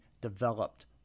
developed